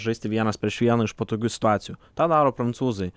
žaisti vienas prieš vieną iš patogių situacijų tą daro prancūzai